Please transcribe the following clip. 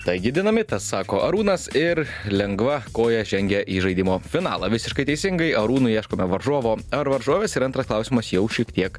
taigi dinamitas sako arūnas ir lengva koja žengia į žaidimo finalą visiškai teisingai arūnui ieškome varžovo ar varžovės ir antras klausimas jau šiek tiek